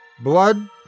Blood